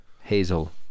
hazel